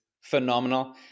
phenomenal